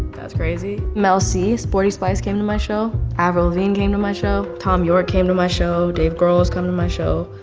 that's crazy. mel c, sporty spice came to my show. avril lavigne came to my show. thom yorke came to my show. dave grohl is coming to my show.